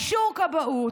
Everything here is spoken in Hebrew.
אישור כבאות,